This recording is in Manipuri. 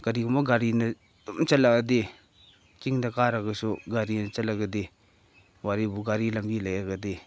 ꯀꯔꯤꯒꯨꯝꯕ ꯒꯥꯔꯤꯅ ꯑꯗꯨꯝ ꯆꯠꯂꯛꯑꯗꯤ ꯆꯤꯡꯗ ꯀꯥꯔꯒꯁꯨ ꯒꯥꯔꯤꯅ ꯆꯠꯂꯒꯗꯤ ꯋꯥꯔꯤꯕꯨ ꯒꯥꯔꯤ ꯂꯝꯕꯤ ꯂꯩꯔꯒꯗꯤ